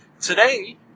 Today